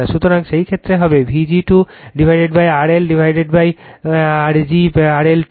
সুতরাং সেই ক্ষেত্রে এটি হবে Vg 2RLR g RL 2